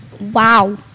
Wow